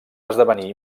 esdevenir